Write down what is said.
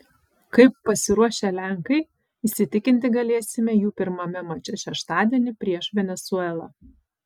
kaip pasiruošę lenkai įsitikinti galėsime jų pirmame mače šeštadienį prieš venesuelą